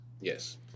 Yes